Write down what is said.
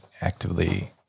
actively